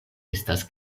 estas